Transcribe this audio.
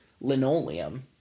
linoleum